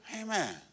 Amen